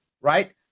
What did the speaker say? right